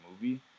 movie